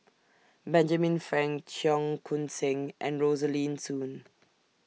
Benjamin Frank Cheong Koon Seng and Rosaline Soon